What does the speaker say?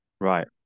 Right